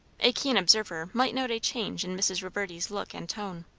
a keen observer might note a change in mrs. reverdy's look and tone.